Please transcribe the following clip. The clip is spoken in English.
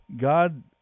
God